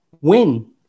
win